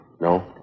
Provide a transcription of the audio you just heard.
No